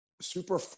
super